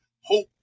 hope